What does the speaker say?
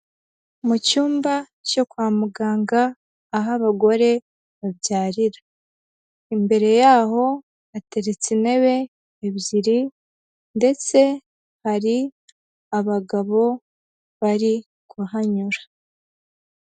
Mu cyumba cyo kwa muganga aho abagore babyarira, imbere yaho hateretse intebe ebyiri ndetse hari abagabo bari kuhanyura.